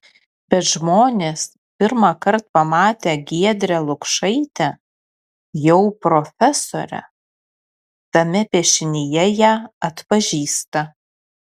bet žmonės pirmąkart pamatę giedrę lukšaitę jau profesorę tame piešinyje ją atpažįsta